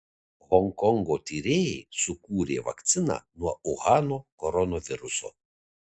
honkongo tyrėjai sukūrė vakciną nuo uhano koronaviruso